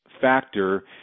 factor